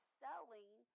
selling